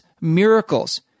miracles